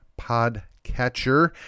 podcatcher